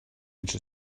into